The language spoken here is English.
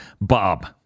Bob